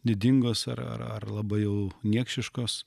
didingos ar ar labai jau niekšiškos